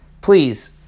please